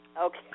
Okay